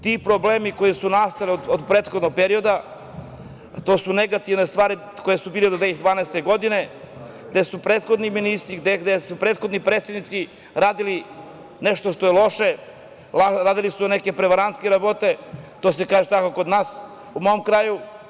Ti problemi koji su nastali od prethodnog perioda, a to su negativne stvari koje su bile do 2012. godine, gde su prethodni ministri, gde su prethodni predstavnici radili nešto što je loše, radili su neke prevarantske rabote, to se tako kaže kod nas, u mom kraju.